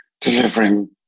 delivering